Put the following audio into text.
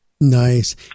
Nice